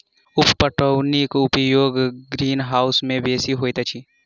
उप पटौनीक उपयोग ग्रीनहाउस मे बेसी होइत अछि